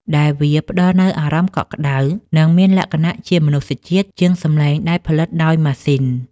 ដែលវាផ្តល់នូវអារម្មណ៍កក់ក្តៅ និងមានលក្ខណៈជាមនុស្សជាតិជាងសម្លេងដែលផលិតដោយម៉ាស៊ីន។